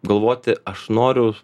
galvoti aš noriu